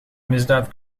misdaad